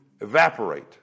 evaporate